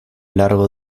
largo